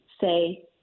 say